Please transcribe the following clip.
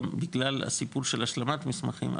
גם בגלל הסיפור של השלמת מסמכים,